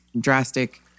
drastic